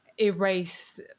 erase